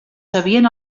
sabien